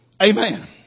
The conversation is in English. Amen